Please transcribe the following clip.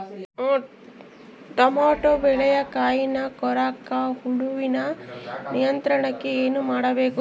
Tomato ಬೆಳೆಯ ಕಾಯಿ ಕೊರಕ ಹುಳುವಿನ ನಿಯಂತ್ರಣಕ್ಕೆ ಏನು ಮಾಡಬೇಕು?